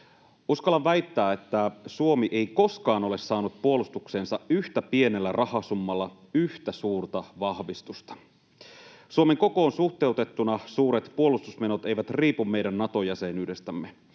Uskallan väittää, että Suomi ei koskaan ole saanut puolustukseensa yhtä pienellä rahasummalla yhtä suurta vahvistusta. Suomen kokoon suhteutettuna suuret puolustusmenot eivät riipu meidän Nato-jäsenyydestämme.